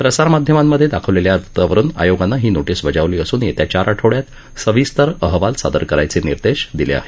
प्रसार माध्यमांमधे दाखवलेल्या वृत्तावरुन आयोगानं ही नोटीस बजावली असून येत्या चार आठवड्यात सविस्तर अहवाल सादर करण्याचे आदेश दिले आहेत